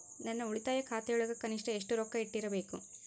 ನನ್ನ ಉಳಿತಾಯ ಖಾತೆಯೊಳಗ ಕನಿಷ್ಟ ಎಷ್ಟು ರೊಕ್ಕ ಇಟ್ಟಿರಬೇಕು?